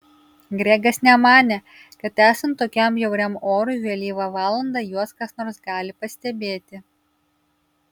gregas nemanė kad esant tokiam bjauriam orui vėlyvą valandą juos kas nors gali pastebėti